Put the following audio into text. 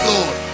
Lord